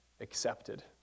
accepted